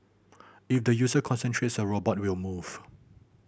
if the user concentrates a robot will move